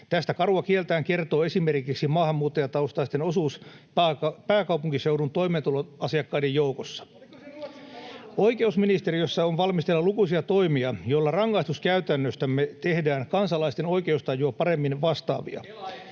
Tästä karua kieltään kertoo esimerkiksi maahanmuuttajataustaisten osuus pääkaupunkiseudun toimeentulotukiasiakkaiden joukossa. Oikeusministeriössä on valmisteilla lukuisia toimia, joilla rangaistuskäytännöistämme tehdään kansalaisten oikeustajua paremmin vastaavia.